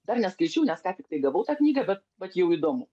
dar neskaičiau nes ką tik tai gavau tą knygą bet vat jau įdomu